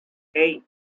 hey